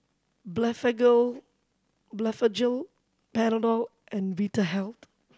Blephagel Panadol and Vitahealth